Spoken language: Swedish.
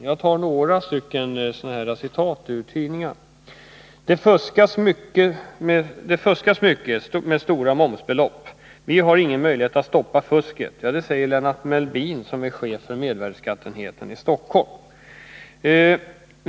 Låt mig med anledning av det anföra några tidningscitat: ”Det fuskas med mycket stora momsbelopp. Vi har ingen möjlighet att stoppa fusket.” Så säger enligt en tidningsartikel den 28 september Lennart Mellbin, som är chef för mervärdeskatteenheten i Stockholm.